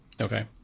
Okay